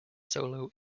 solo